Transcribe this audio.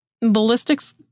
Ballistics